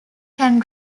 can